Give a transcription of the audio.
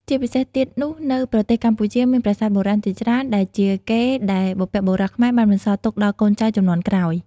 ជាពិសេសទៀតនោះនៅប្រទេសកម្ពុជាមានប្រាសាទបុរាណជាច្រើនដែលជាកេរ្តិ៍ដែលបុព្វបុរសខ្មែរបានបន្សល់ទុកដល់កូនចៅជំនាន់ក្រោយ។